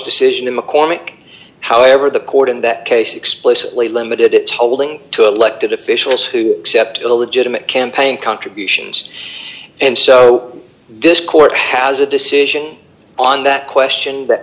decision to mccormick however the court in that case explicitly limited its holding to elected officials who accept a legitimate campaign contributions and so this court has a decision on that question that